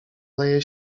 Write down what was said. leje